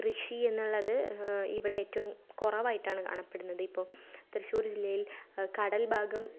കൃഷിയെന്നുള്ളത് ഇവിടെ ഏറ്റവും കുറവായിട്ടാണ് കാണപ്പെടുന്നത് ഇപ്പം തൃശ്ശൂർ ജില്ലയിൽ കടൽ ഭാഗം